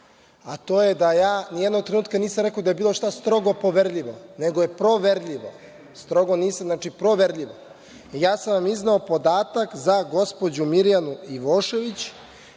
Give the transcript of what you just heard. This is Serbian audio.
a to je da ja ni jednog trenutka nisam rekao da je bilo šta strogo poverljivo, nego je proverljivo. Strogo nisam, znači proverljivo. Ja sam vam izneo podatak za gospođu Mirjanu Ivošević.